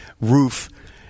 roof